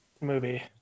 movie